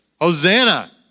Hosanna